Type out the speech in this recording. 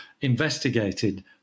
investigated